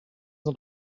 not